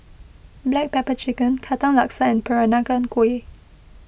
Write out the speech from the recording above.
Black Pepper Chicken Katong Laksa and Peranakan Kueh